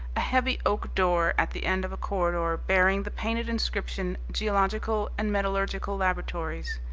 a heavy oak door at the end of a corridor bearing the painted inscription geological and metallurgical laboratories.